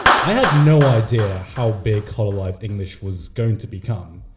i had no idea how big hololive english was going to become.